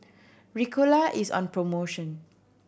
ricola is on promotion